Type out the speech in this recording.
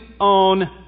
own